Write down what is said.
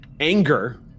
Anger